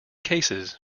cases